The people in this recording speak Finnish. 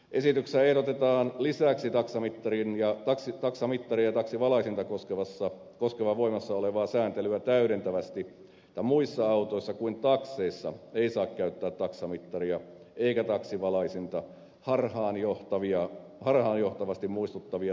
esityksessä ehdotetaan lisäksi taksamittaria ja taksivalaisinta koskevaa voimassa olevaa sääntelyä täydentävästi että muissa autoissa kuin takseissa ei saa käyttää taksamittaria eikä taksivalaisinta harhaanjohtavasti muistuttavia tunnuksia